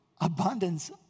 abundance